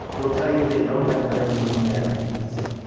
will tell you they don't have very many bad ideas.